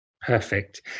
perfect